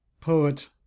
Poet